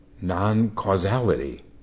non-causality